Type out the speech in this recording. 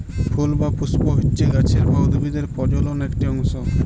ফুল বা পুস্প হচ্যে গাছের বা উদ্ভিদের প্রজলন একটি অংশ